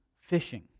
fishing